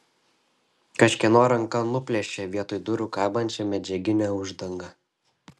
kažkieno ranka nuplėšė vietoj durų kabančią medžiaginę uždangą